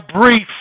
brief